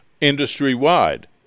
industry-wide